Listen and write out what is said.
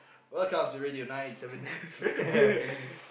welcome to radio nine eight seven